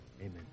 amen